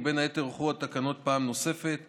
ובין היתר הוארכו התקנות פעם נוספת,